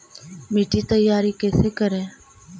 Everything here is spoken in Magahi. मिट्टी तैयारी कैसे करें?